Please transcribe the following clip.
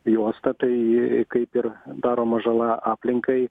juostą tai kaip ir daroma žala aplinkai